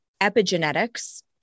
epigenetics